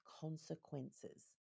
consequences